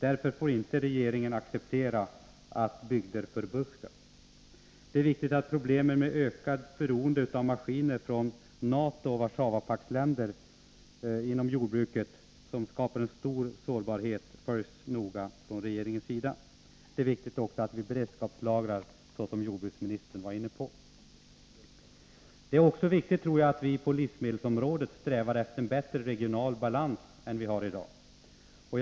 Därför får inte regeringen acceptera att bygder förbuskas. Det är viktigt att regeringen noga följer problemen med det ökade beroendet inom jordbruket av maskiner från NATO och Warszawapaktsländer, som skapar stor sårbarhet. Det är också angeläget att vi beredskapslagrar, såsom jordbruksministern var inne på. Det är även viktigt att vi på livsmedelsområdet strävar efter en bättre regional balans än den vi i dag har.